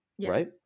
right